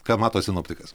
ką mato sinoptikas